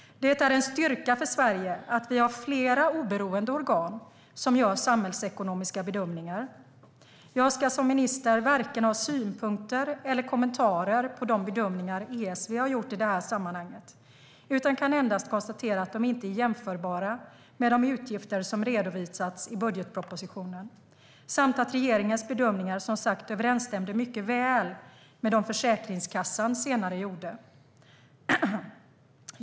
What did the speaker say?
Det är en styrka för Sverige att vi har flera oberoende organ som gör samhällsekonomiska bedömningar. Jag ska som minister varken ha synpunkter eller kommentarer på de bedömningar som ESV har gjort i detta sammanhang, utan kan endast konstatera att de inte är jämförbara med de utgifter som redovisats i budgetpropositionen samt att regeringens bedömningar som sagt överensstämde mycket väl med de som Försäkringskassan senare gjorde.